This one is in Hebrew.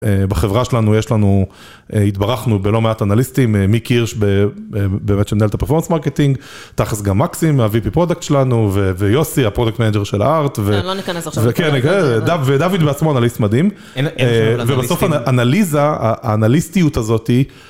בחברה שלנו יש לנו, התברכנו בלא מעט אנליסטים, מיק הירש באמת שמנהל את הפרפורמנס מרקטינג, תאלס גם מקסים, הווי פי פרודקט שלנו ויוסי הפרודקט מנג'ר של הארט. לא ניכנס עכשיו. כן, כן ודוד בעצמו אנליסט מדהים. אין שום אנליסטים. ובסוף האנליזה, האנליסטיות הזאתי.